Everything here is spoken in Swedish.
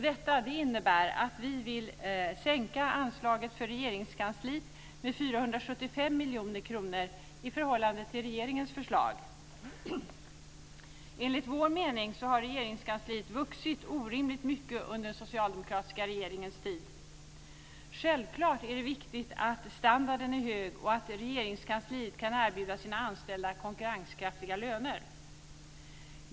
Detta innebär att vi vill sänka anslaget för Regeringskansliet med 475 miljoner kronor i förhållande till regeringens förslag. Enligt vår mening har Regeringskansliet vuxit orimligt mycket under den socialdemokratiska regeringens tid. Det är självfallet viktigt att standarden är hög och att Regeringskansliet kan erbjuda sina anställda konkurrenskraftiga löner.